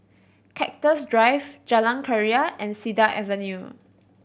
Cactus Drive Jalan Keria and Cedar Avenue